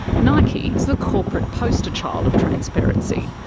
nike is the corporate poster child of transparency.